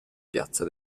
piazza